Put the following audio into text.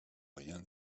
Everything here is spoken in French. rien